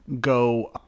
go